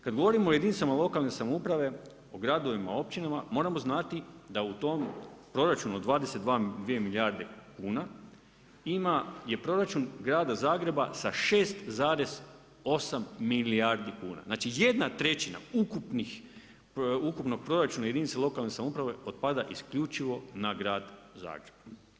Kad govorimo o jedinicama lokalne samouprave, o gradovima, općinama, moramo znati da u tom proračunu od 22 milijarde kuna je proračun grada Zagreba sa 6,8 milijardi kuna, znači 1/3 ukupnog proračuna jedinica lokalne samouprave otpada isključivo na grad Zagreb.